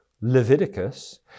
Leviticus